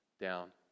down